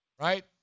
right